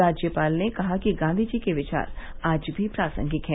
राज्यपाल ने कहा कि गांधी जी के विचार आज भी प्रासंगिक हैं